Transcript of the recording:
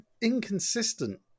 inconsistent